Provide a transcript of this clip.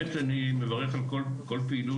אני מברך על כל פעילות